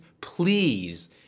Please